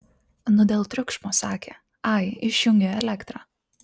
nu dėl triukšmo sakė ai išjungė elektrą